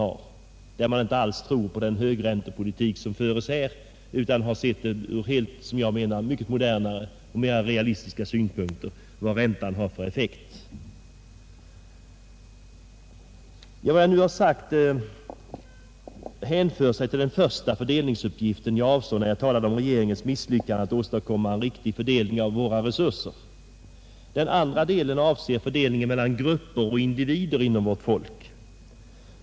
De tror inte alls på den högräntepolitik som förs här, utan har sett dessa frågor ur, enligt min mening, mycket modernare och mer realistiska synpunkter när det gäller räntans effekt än regeringen gör. Vad jag nu sagt hänför sig till den första fördelningsuppgiften jag avsåg när jag talade om regeringens misslyckande att åstadkomma en riktig fördelning av våra resurser. Den andra delen avser fördelningen mellan grupper och individer inom vårt folk.